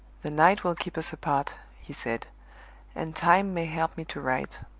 the night will keep us apart, he said and time may help me to write.